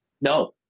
no